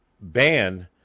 ban